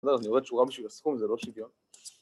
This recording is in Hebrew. לא, אני יורד שורה בשביל הסכום, זה לא שיוויון